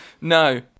No